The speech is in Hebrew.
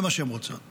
זה מה שהן רוצות.